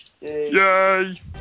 Yay